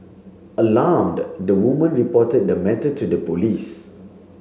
alarmed the woman reported the matter to the police